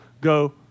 go